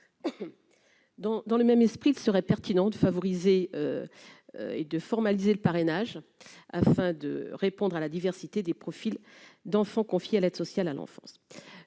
dans le même esprit, il serait pertinent de favoriser et de formaliser le parrainage afin de répondre à la diversité des profils d'enfants confiés à l'aide sociale à l'enfance,